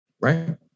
right